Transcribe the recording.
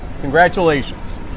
congratulations